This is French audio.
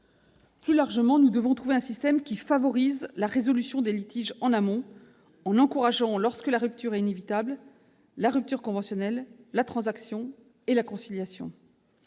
Plus largement, nous devons trouver un système qui favorise la résolution des litiges en amont en encourageant, lorsque la rupture est inévitable, la rupture conventionnelle, la transaction et la conciliation.